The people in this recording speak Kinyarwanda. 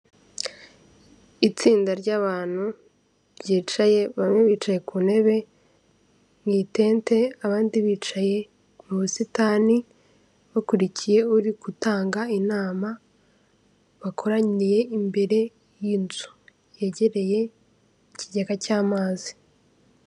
Itsinda ry'abantu ryicaye, bamwe bicaye ku ntebe mu itente, abandi bicaye mu busitani, bakurikiye uri gutanga inama, bakoraniye imbere y'inzu yegereye ikigega cy'amazi.